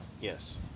Yes